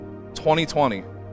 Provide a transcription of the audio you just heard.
2020